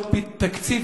תקציב